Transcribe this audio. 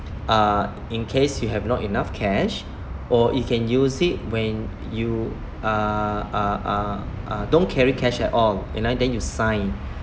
uh in case you have not enough cash or you can use it when you uh uh uh uh don't carry cash at all you know then you sign